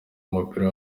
w’umupira